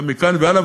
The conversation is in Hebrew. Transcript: גם מכאן והלאה,